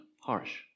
harsh